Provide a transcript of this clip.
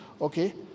Okay